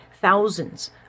thousands